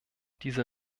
diese